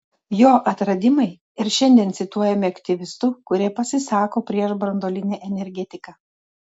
jo atradimai ir šiandien cituojami aktyvistų kurie pasisako prieš branduolinę energetiką